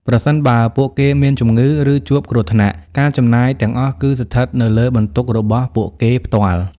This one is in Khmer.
ប្រសិនបើពួកគេមានជំងឺ ឬជួបគ្រោះថ្នាក់ ការចំណាយទាំងអស់គឺស្ថិតនៅលើបន្ទុករបស់ពួកគេផ្ទាល់។